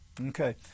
Okay